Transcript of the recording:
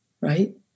right